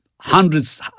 hundreds